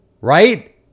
Right